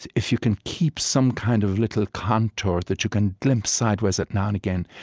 if you can keep some kind of little contour that you can glimpse sideways at, now and again,